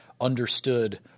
understood